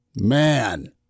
Man